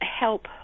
help